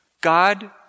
God